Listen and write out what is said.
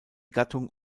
gattung